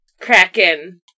Kraken